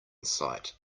sight